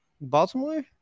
Baltimore